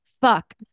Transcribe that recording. fuck